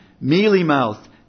mealy-mouthed